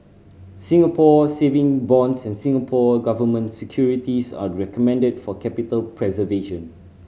Singapore Saving Bonds and Singapore Government Securities are recommended for capital preservation